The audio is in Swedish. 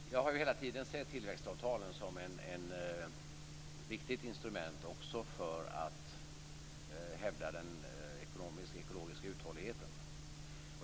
Herr talman! Jag har hela tiden sett tillväxtavtalen som ett viktigt instrument också för att hävda den ekologiska uthålligheten.